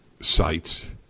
sites